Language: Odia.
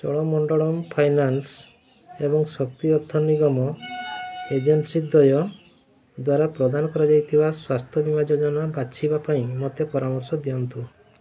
ଚୋଳମଣ୍ଡଳମ୍ ଫାଇନାନ୍ସ୍ ଏବଂ ଶକ୍ତି ଅର୍ଥ ନିଗମ ଏଜେନ୍ସି ଦ୍ୱୟ ଦ୍ଵାରା ପ୍ରଦାନ କରାଯାଇଥିବା ସ୍ୱାସ୍ଥ୍ୟ ବୀମା ଯୋଜନା ବାଛିବା ପାଇଁ ମୋତେ ପରାମର୍ଶ ଦିଅନ୍ତୁ